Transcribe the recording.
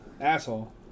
Asshole